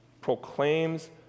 proclaims